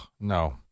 no